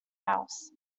house